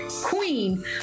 queen